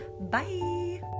bye